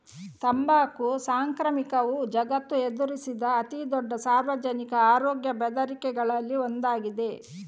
ತಂಬಾಕು ಸಾಂಕ್ರಾಮಿಕವು ಜಗತ್ತು ಎದುರಿಸಿದ ಅತಿ ದೊಡ್ಡ ಸಾರ್ವಜನಿಕ ಆರೋಗ್ಯ ಬೆದರಿಕೆಗಳಲ್ಲಿ ಒಂದಾಗಿದೆ